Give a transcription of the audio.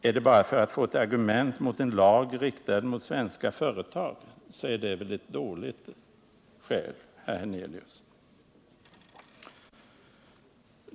Är det bara för att få ett argument mot en lag, riktad mot svenska företag, så är det väl ett dåligt skäl, herr Hernelius?